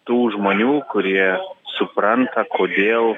tų žmonių kurie supranta kodėl